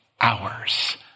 Hours